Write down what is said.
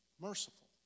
Merciful